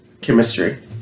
chemistry